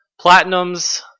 Platinums